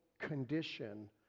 condition